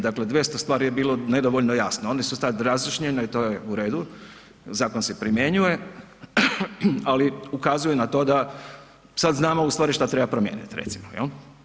Dakle, 200 stvari je bilo nedovoljno jasno, one su sada razjašnjene i to je u redu, zakon se primjenjuje ali ukazuje na to da sad znamo u stvari šta treba promijeniti, recimo jel.